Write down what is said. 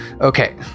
Okay